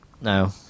No